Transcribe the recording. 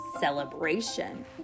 celebration